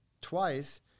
twice